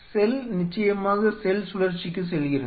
செல் நிச்சயமாக செல் சுழற்சிக்கு செல்கிறது